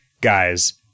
guys